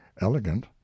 elegant